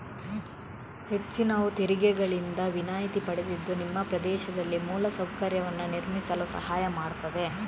ಹೆಚ್ಚಿನವು ತೆರಿಗೆಗಳಿಂದ ವಿನಾಯಿತಿ ಪಡೆದಿದ್ದು ನಿಮ್ಮ ಪ್ರದೇಶದಲ್ಲಿ ಮೂಲ ಸೌಕರ್ಯವನ್ನು ನಿರ್ಮಿಸಲು ಸಹಾಯ ಮಾಡ್ತದೆ